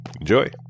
Enjoy